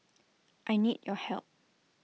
I need your help